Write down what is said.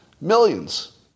Millions